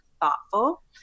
thoughtful